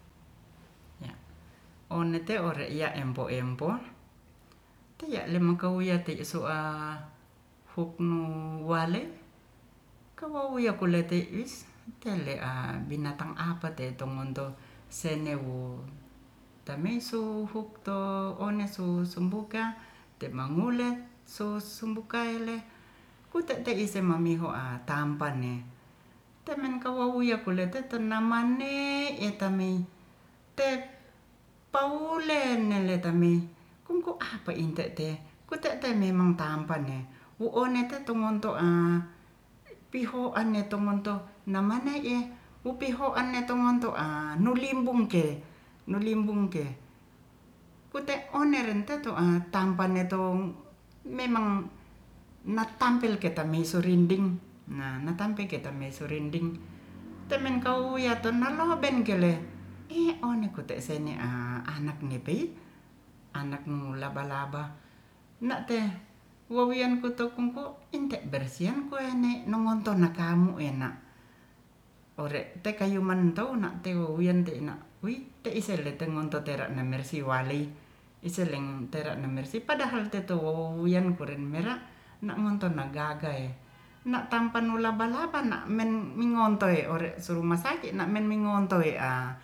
ya' one te ore'ya empo-empo tiya'le mokau yati su'a huknu wale kewawuwia poleite wish tele'a binatang apa te'tomonto sene'u tameisu hukto o'ne su sumbuka te'mangulet so sumbukaile pute'teise mamiho'a tampan ne temen kawouwou yakuletet tenamammne etamei te'paulenneletamei kungko apa inte te kute'te memang tampan ne wu'onete tumon to'a piho anente monto namane eh wupiohan namanetumonto'a nurlimpung ke- pute' one renteto'a tampanetong memang natampil ketaimeisurinding nah ngatampe ketamei surinding temengkau yatenanglobeng kele ih o'ne kote senge'a anak nge peit anakmu laba-laba nahte wowian kotouk engku k inte'bersihan koene nongonto nakamu enak ore' tekayu mantauna tewian teina wi teiselentetotera nembersih waliy iseleng tera nembersih padahal tetouwian kurenmera' na'ngonto nagaga e na'tampampanu laba-laba na'men mingontoi ore' surumahsakit na'men mingontoi we'a